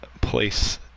place